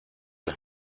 las